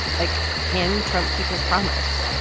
like, can trump keep his promise?